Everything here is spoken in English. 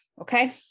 okay